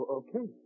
okay